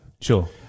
Sure